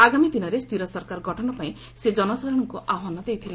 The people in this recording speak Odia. ଆଗାମୀ ଦିନରେ ସ୍ଚିର ସରକର ଗଠନ ପାଇଁ ସେ ଜନସାଧାରଣଙ୍କୁ ଆହ୍ୱାନ ଦେଇଥିଲେ